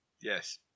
Yes